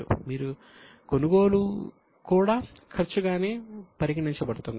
మీ కొనుగోలు కూడా ఖర్చు గానే పరిగణించబడుతుంది